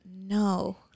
no